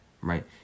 right